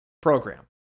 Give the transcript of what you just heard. program